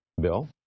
Bill